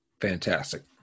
Fantastic